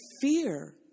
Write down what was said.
fear